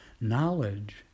knowledge